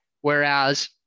Whereas